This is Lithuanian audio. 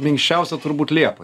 minkščiausia turbūt liepa